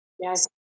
Yes